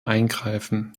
eingreifen